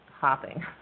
hopping